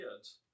kids